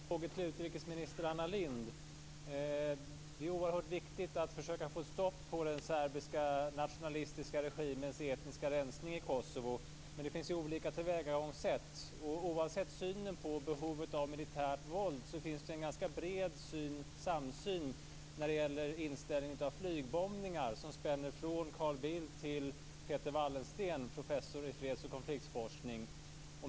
Fru talman! Jag har två frågor till utrikesminister Det är oerhört viktigt att försöka få stopp på den serbiska nationalistiska regimens etniska rensning i Kosovo, men det finns ju olika tillvägagångssätt. Oavsett synen på behovet av militärt våld finns det en ganska bred samsyn när det gäller inställningen till flygbombningar, en samsyn som spänner från Carl Bildt till Peter Wallensteen, professor i freds och konfliktforskning.